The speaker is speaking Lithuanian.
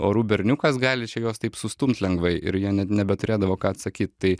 orų berniukas gali čia juos taip sustumt lengvai ir jie net nebeturėdavo ką atsakyt tai